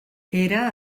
era